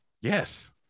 Yes